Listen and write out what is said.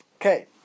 Okay